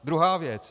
Druhá věc.